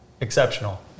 Exceptional